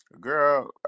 Girl